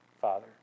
Father